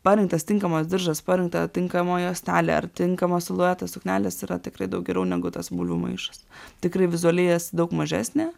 parinktas tinkamas diržas parinkta tinkama juostelė ar tinkamo silueto suknelės yra tikrai daug geriau negu tas bulvių maišas tikrai vizualiai jas daug mažesnė